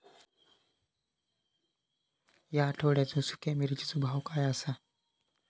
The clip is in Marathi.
या आठवड्याचो सुख्या मिर्चीचो भाव काय आसा?